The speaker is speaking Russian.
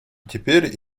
теперь